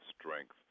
strength